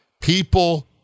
people